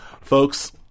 folks